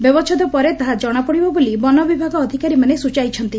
ବ୍ୟବଛେଦ ପରେ ତାହା ଜଶାପଡ଼ିବ ବୋଲି ବନବିଭାଗ ଅଧିକାରୀମାନେ ସୂଚାଇଛନ୍ତି